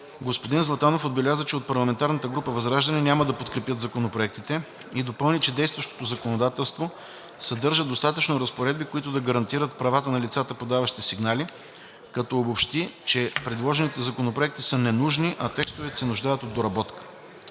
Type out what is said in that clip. Господин Златанов отбеляза, че от парламентарна група „Възраждане“ няма да подкрепят законопроектите и допълни, че действащото законодателство съдържа достатъчно разпоредби, които да гарантират правата на лицата, подаващи сигнали, като обобщи, че предложените законопроекти са ненужни, а текстовете се нуждаят от доработка.